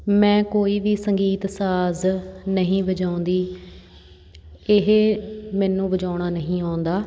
ਮੈਂ ਕੋਈ ਵੀ ਸੰਗੀਤ ਸਾਜ਼ ਨਹੀਂ ਵਜਾਉਂਦੀ ਇਹ ਮੈਨੂੰ ਵਜਾਉਣਾ ਨਹੀਂ ਆਉਂਦਾ